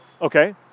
Okay